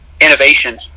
innovation